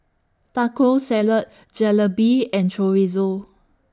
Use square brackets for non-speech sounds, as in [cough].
Taco Salad [noise] Jalebi and Chorizo